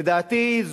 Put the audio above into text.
לדעתי,